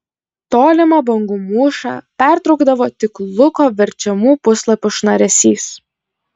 tolimą bangų mūšą pertraukdavo tik luko verčiamų puslapių šnaresys